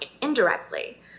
indirectly